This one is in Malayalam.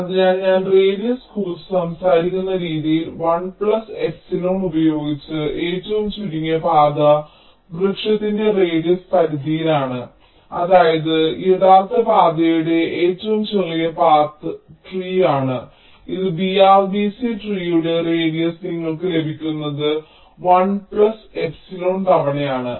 അതിനാൽ ഞാൻ റേഡിയസ് കുറിച്ച് സംസാരിക്കുന്ന രീതിയിൽ 1 പ്ലസ് എപ്സിലോൺ ഉപയോഗിച്ച് ഏറ്റവും ചുരുങ്ങിയ പാത വൃക്ഷത്തിന്റെ റേഡിയസ് പരിധിയിലാണ് അതായത് യഥാർത്ഥ പാതയുടെ ഏറ്റവും ചെറിയ പാത്ത് ട്രീ ഏതാണ് ഈ BRBC ട്രീയുടെ റേഡിയസ് നിങ്ങൾക്ക് ലഭിക്കുന്നത് 1 പ്ലസ് എപ്സിലോൺ തവണയാണ്